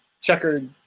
checkered